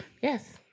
Yes